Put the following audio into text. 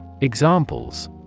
Examples